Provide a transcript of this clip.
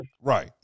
Right